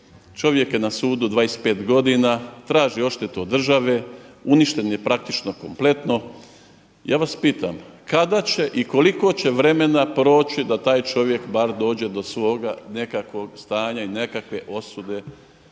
čovjek je na sudu 25 godina, traži odštetu od države, uništen je praktički kompletno. Ja vas pitam, kada će i koliko će vremena proći da taj čovjek bar dođe do svoga nekakvog stanja i nekakve osude?